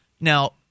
Now